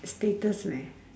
status leh